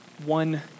One